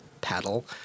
paddle